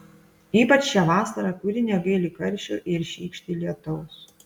ypač šią vasarą kuri negaili karščio ir šykšti lietaus